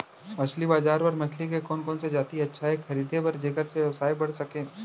मछली बजार बर मछली के कोन कोन से जाति अच्छा हे खरीदे बर जेकर से व्यवसाय बढ़ सके?